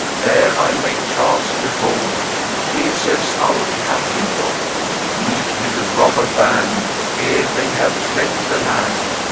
there i might chance behold theseus our captain bold meet with the robber band, ere they have fled the land,